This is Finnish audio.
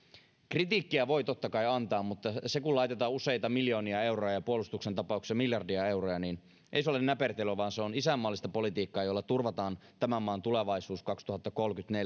kritiikkiä voi totta kai antaa mutta kun laitetaan useita miljoonia euroja ja puolustuksen tapauksessa miljardeja euroja niin ei se ole näpertelyä vaan se on isänmaallista politiikkaa jolla turvataan tämän maan tulevaisuus kaksituhattakolmekymmentä